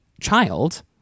child